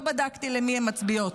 לא בדקתי למי הן מצביעות.